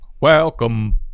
welcome